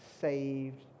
saved